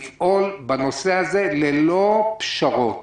צריך לפעול בנושא הזה ללא פשרות,